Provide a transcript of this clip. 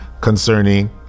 concerning